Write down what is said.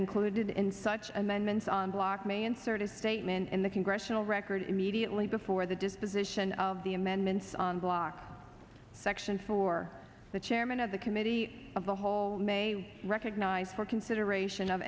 included in such amendments on block may insert a statement in the congressional record immediately before the disposition of the amendments on block section for the chairman of the committee of the hall may recognize for consideration of